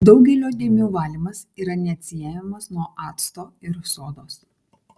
daugelio dėmių valymas yra neatsiejamas nuo acto ir sodos